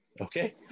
okay